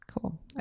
cool